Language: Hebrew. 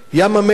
ים-המלח,